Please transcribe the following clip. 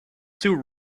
suit